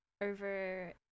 over